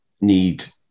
need